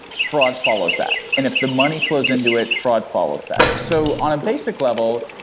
fraud follows that, and if the money flows into it, fraud follows that. so on a basic level,